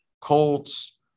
Colts